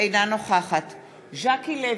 אינה נוכחת ז'קי לוי,